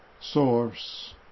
source